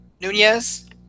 Nunez